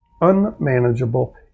unmanageable